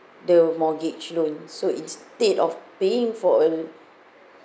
the mortgage loan so instead of paying for a